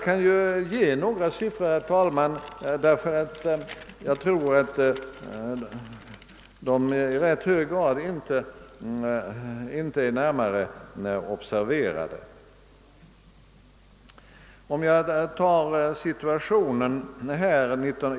Eftersom jag tror att man inte närmare observerat dessa siffror skall jag nämna några av dem.